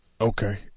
Okay